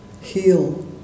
heal